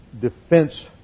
defense